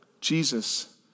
Jesus